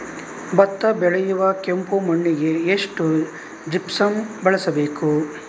ಭತ್ತ ಬೆಳೆಯುವ ಕೆಂಪು ಮಣ್ಣಿಗೆ ಎಷ್ಟು ಜಿಪ್ಸಮ್ ಬಳಸಬೇಕು?